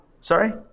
Sorry